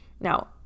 Now